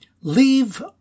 leave